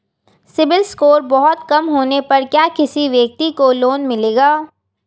CIBIL score बहुत कम होने पर क्या किसी व्यक्ति को लोंन मिलेगा?